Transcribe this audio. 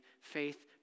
Faith